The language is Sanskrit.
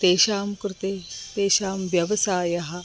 तेषां कृते तेषां व्यवसायः